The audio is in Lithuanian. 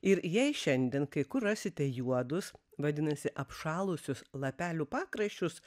ir jei šiandien kai kur rasite juodus vadinasi apšalusius lapelių pakraščius